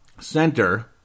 center